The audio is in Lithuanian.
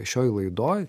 šioj laidoj